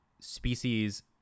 species